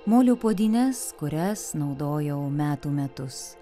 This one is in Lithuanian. molio puodynes kurias naudojau metų metus